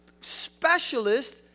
specialist